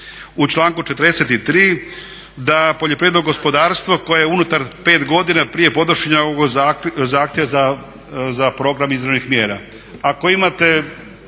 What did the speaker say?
u članku 43. da poljoprivredno gospodarstvo koje unutar 5 godina prije podnošenja ovog zahtjeva za program izravnih mjera. Ako imate